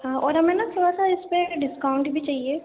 اور ہمیں نا تھوڑا سا اس پہ ڈسکاؤنٹ بھی چاہیے